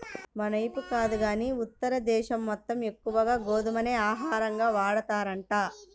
మనైపు కాదు గానీ ఉత్తర దేశం మొత్తం ఎక్కువగా గోధుమనే ఆహారంగా వాడతారంట